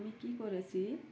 আমি কি করেছি